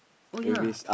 oh ya